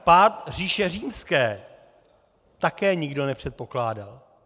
Pád Říše římské také nikdo nepředpokládal.